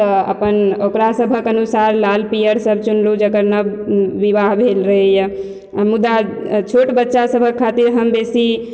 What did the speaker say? तऽ अपन ओकरा सबहक अनुसार लाल पियर सब चुनलहुँ जकर नव विवाह भेल रहइए मुदा छोट बच्चा सबहक खातिर हम बेसी